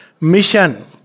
mission